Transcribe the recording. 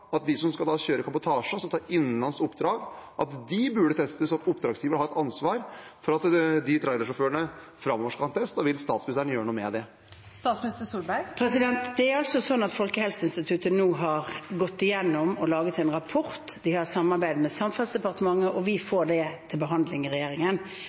at de som skal kjøre kabotasje, altså ta innenlands oppdrag, burde testes, og at oppdragsgiver har et ansvar for at de trailersjåførene framover skal ta en test? Vil statsministeren gjøre noe med det? Folkehelseinstituttet har nå gått gjennom dette og laget en rapport. De har et samarbeid med Samferdselsdepartementet, vi får det til behandling i regjeringen,